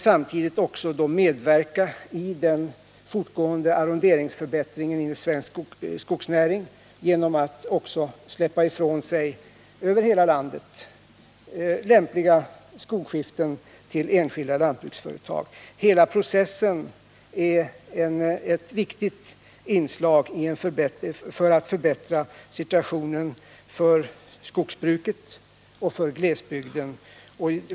Samtidigt har domänverket medverkat i den fortgående arronderingen inom svensk skogsnäring genom att också över hela landet överlåta lämpliga skogsskiften till enskilda lantbruksföretag. Hela processen är ett viktigt inslag i strävandena att förbättra situationen för skogsbruket och för glesbygden.